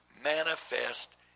manifest